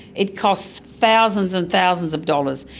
it cost thousands and thousands of dollars,